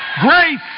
Grace